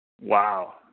Wow